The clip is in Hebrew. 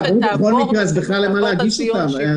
יש לך 50 עורכי דין ותיקים ו-49 יעברו את הבחינה?